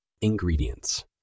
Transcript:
Ingredients